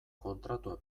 kontratua